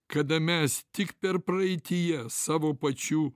kada mes tik per praeityje savo pačių